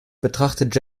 betrachtet